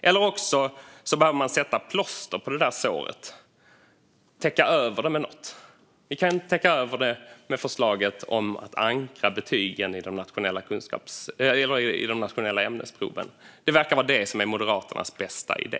Eller också behöver man sätta plåster på såret, täcka över det med något. Vi kan täcka över det med förslaget om att ankra betygen i de nationella ämnesproven. Det verkar vara det som är Moderaternas bästa idé.